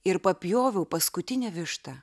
ir papjoviau paskutinę vištą